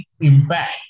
impact